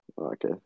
Okay